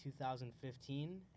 2015